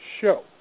show